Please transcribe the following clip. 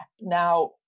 Now